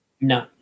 no